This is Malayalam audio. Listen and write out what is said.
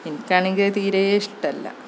എനിക്കാണെങ്കില് അത് തീരേ ഇഷ്ടമല്ല